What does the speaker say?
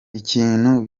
ikintu